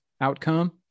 outcome